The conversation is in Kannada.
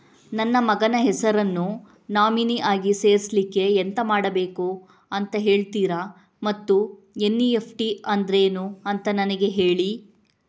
ನನ್ನ ಮಗನ ಹೆಸರನ್ನು ನಾಮಿನಿ ಆಗಿ ಸೇರಿಸ್ಲಿಕ್ಕೆ ಎಂತ ಮಾಡಬೇಕು ಅಂತ ಹೇಳ್ತೀರಾ ಮತ್ತು ಎನ್.ಇ.ಎಫ್.ಟಿ ಅಂದ್ರೇನು ಅಂತ ನನಗೆ ಹೇಳಿ